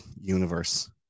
universe